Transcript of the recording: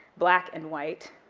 black and white,